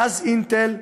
מאז "אינטל"